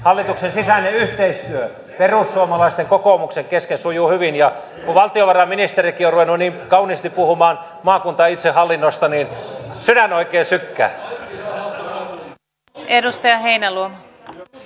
hallituksen sisäinen yhteistyö perussuomalaisten ja kokoomuksen kanssa sujuu hyvin ja kun valtiovarainministerikin on ruvennut niin kauniisti puhumaan maakuntaitsehallinnosta niin sydän oikein sykkää